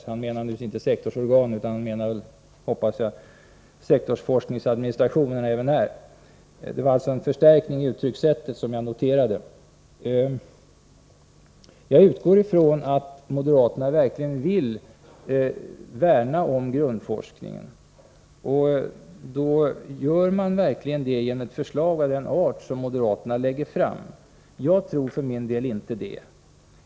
Per Unckel menar naturligtvis inte sektorsorganen utan, hoppas jag, sektorsforskningsadministrationer. Det var alltså en förstärkning i uttryckssättet, som jag noterade. Jag utgår från att moderaterna verkligen vill värna om grundforskningen. Gör man verkligen det genom ett förslag av den art som moderaterna lagt fram? Jag för min del tror inte det.